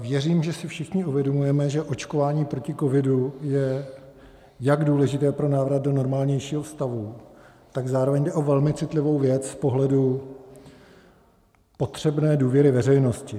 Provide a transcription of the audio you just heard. Věřím, že si všichni uvědomujeme, že očkování proti covidu je důležité jak pro návrat do normálnějšího stavu, tak zároveň jde o velmi citlivou věc z pohledu potřebné důvěry veřejnosti.